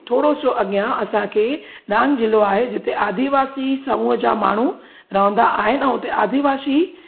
थोरो सो अॻियां असांखे डांग ज़िलो आहे जिते आदीवासी समुह जा माण्हू रहंदा आहिनि ऐं हुते आदीवासी